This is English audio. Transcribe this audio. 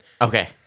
Okay